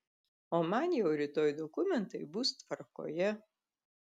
o man jau rytoj dokumentai bus tvarkoje